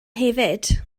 hefyd